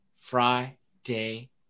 Friday